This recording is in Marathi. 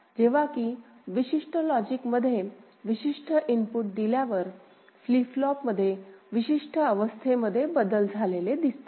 जेव्हा की विशिष्ट लॉजिक मध्ये विशिष्ट इनपुट दिल्यावर फ्लिप फ्लॉप मध्ये विशिष्ट अवस्थे मध्ये बदल झालेले दिसतात